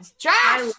Josh